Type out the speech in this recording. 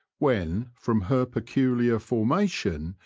when, from her peculiar formation,